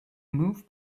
move